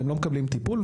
והם לא מקבלים טיפול.